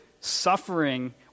suffering